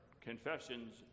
confessions